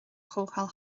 chomhdháil